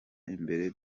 imbere